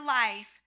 life